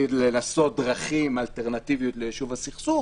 לנסות דרכים אלטרנטיביות ליישוב הסכסוך